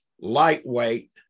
lightweight